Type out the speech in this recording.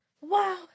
Wow